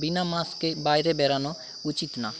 বিনা মাস্কে বাইরে বেরানো উচিত না